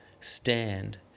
stand